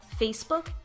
Facebook